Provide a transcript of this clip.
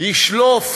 ישלוף